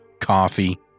coffee